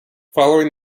following